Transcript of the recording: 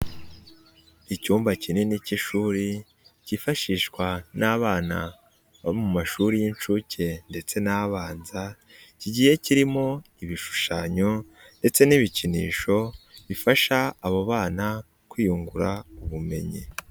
Icyumba kinini cy'ishuri, cyifashishwa n'abana bo mu mashuri y'incuke ndetse n'abanza, kigiye kirimo ibishushanyo ndetse n'ibikinisho, bifasha abo bana kwiyungura ubumenyi.